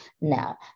Now